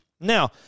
Now